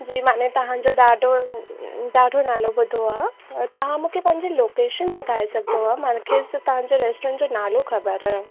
जी माने तव्हांजो ॾाढो नालो ॿुधो आहे तव्हां मूंखे पंहिंजो लोकेशन ॿुधाए सघंदो आहे मांखे तव्हांजे रेस्टोरंट जो नालो ख़बर आहे